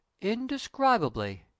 Indescribably